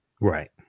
Right